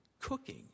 cooking